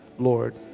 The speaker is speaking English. Lord